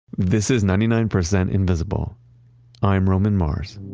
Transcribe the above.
this is ninety nine percent invisible i'm roman mars.